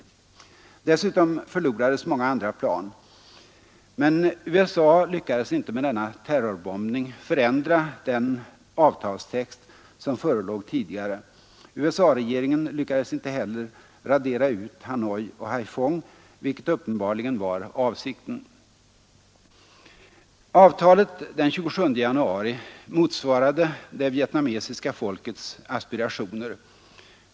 Dessutom SE förlorades många andra plan. Men USA lyckades inte med denna terrorbombning förändra den avtalstext som förelåg tidigare. USA regeringen lyckades inte heller radera ut Hanoi och Haiphong, vilket uppenbarligen var avsikten. Avtalet den 27 januari motsvarade det vietnamesiska folkets aspirationer.